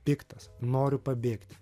piktas noriu pabėgti